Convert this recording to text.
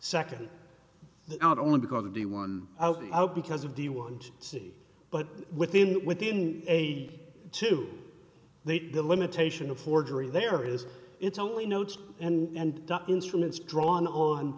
second out only because of the one out because of the one to see but within within a too late the limitation of forgery there is it's only notes and instruments drawn on